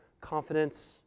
confidence